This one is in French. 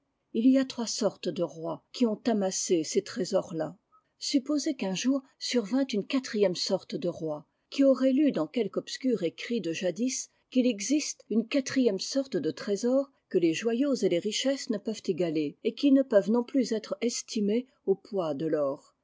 dissipés uy a trois sortes de rois qui ont amassé ces trésors là supposez qu'un jour survînt une quatrième sorte de roi qui aurait lu dansquelque obscur écrit de jadis qu'il existe une quatrième sorte de trésors que les joyaux et les richesses ne peuvent égaler et qui ne peuvent non plus être estimés au poids de l'or